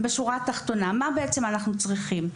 מה בעצם אנחנו צריכים?